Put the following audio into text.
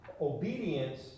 Obedience